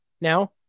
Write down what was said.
Now